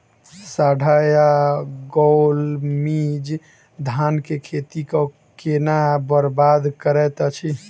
साढ़ा या गौल मीज धान केँ खेती कऽ केना बरबाद करैत अछि?